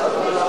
בגלל,